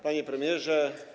Panie Premierze!